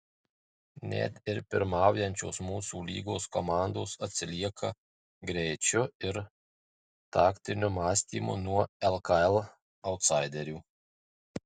net ir pirmaujančios mūsų lygos komandos atsilieka greičiu ir taktiniu mąstymu nuo lkl autsaiderių